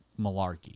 malarkey